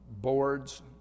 boards